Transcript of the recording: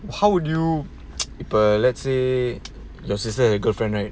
how would you per~ let's say your sister and the girlfriend right